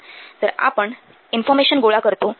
तर आपण इन्फॉर्मेशन गोळा करतो